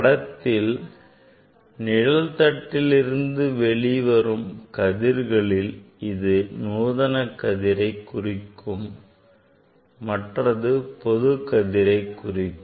படத்தில் நிழல் தட்டில் இருந்து வெளிவரும் கதிர்களில் இது நூதன கதிரை குறிக்கும் மற்றது பொது கதிரை குறிக்கும்